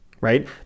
right